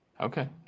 Okay